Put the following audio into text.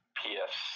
ps